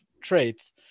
traits